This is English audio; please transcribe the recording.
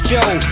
Joe